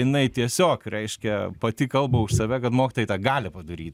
jinai tiesiog reiškia pati kalba už save kad mokytojai tą gali padaryt